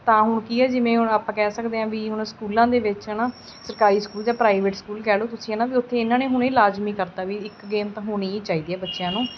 ਤਾਂ ਹੁਣ ਕੀ ਹੈ ਵੀ ਜਿਵੇਂ ਆਪਾਂ ਕਹਿ ਸਕਦੇ ਹਾਂ ਵੀ ਹੁਣ ਸਕੂਲਾਂ ਦੇ ਵਿੱਚ ਹੈ ਨਾ ਸਰਕਾਰੀ ਸਕੂਲ ਜਾਂ ਪ੍ਰਾਈਵੇਟ ਸਕੂਲ ਕਹਿ ਲਓ ਤੁਸੀਂ ਹੈ ਨਾ ਵੀ ਓਥੇ ਇਨ੍ਹਾਂ ਨੇ ਹੁਣ ਇਹ ਲਾਜ਼ਮੀ ਕਰਤਾ ਵੀ ਇੱਕ ਗੇਮ ਤਾਂ ਹੋਣੀ ਹੀ ਚਾਹੀਦੀ ਹੈ ਬੱਚਿਆਂ ਨੂੰ